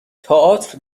تئاتر